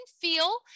feel